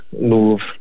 move